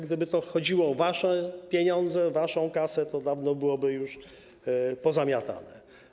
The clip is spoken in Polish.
Gdyby chodziło o wasze pieniądze, o waszą kasę, to dawno byłoby już pozamiatane.